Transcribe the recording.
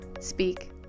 Speak